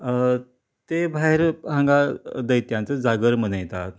ते भायर हांगा दैत्याचो जागर मनयतात